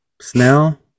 Snell